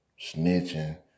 snitching